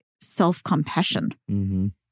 self-compassion